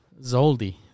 Zoldi